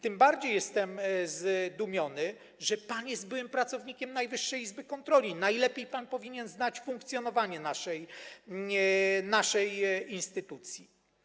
Tym bardziej jestem zdumiony, że pan jest byłym pracownikiem Najwyższej Izby Kontroli i najlepiej pan powinien znać funkcjonowanie naszej instytucji.